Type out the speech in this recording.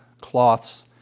cloths